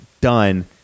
done